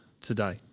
today